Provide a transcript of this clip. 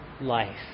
life